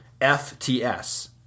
FTS